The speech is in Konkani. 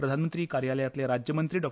प्रधानमंत्री कार्यालयांतले राज्यमंत्री डॉ